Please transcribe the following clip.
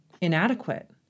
inadequate